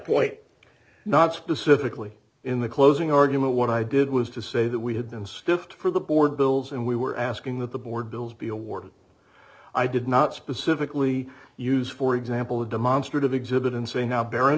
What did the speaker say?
point not specifically in the closing argument what i did was to say that we had been stiffed for the board bills and we were asking that the board bills be awarded i did not specifically use for example a demonstrative exhibit and say now bear in